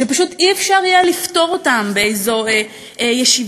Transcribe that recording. שפשוט אי-אפשר יהיה לפתור אותם באיזה ישיבת